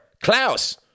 Klaus